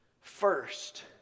first